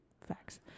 Facts